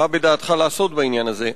מה בכוונתך לעשות בעניין הזה,